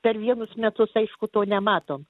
per vienus metus aišku to nematom